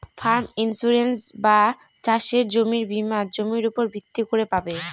farm insurance বা চাসের জমির বীমা জমির উপর ভিত্তি করে পাবে